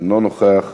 אינו נוכח,